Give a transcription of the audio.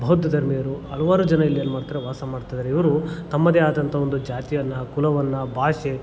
ಬೌದ್ದ ಧರ್ಮಿಯರು ಹಲವಾರು ಜನ ಇಲ್ಲೇನು ಮಾಡ್ತಾರೆ ವಾಸ ಮಾಡ್ತಿದಾರೆ ಇವರು ತಮ್ಮದೇ ಆದಂಥ ಒಂದು ಜಾತಿಯನ್ನು ಕುಲವನ್ನು ಭಾಷೆ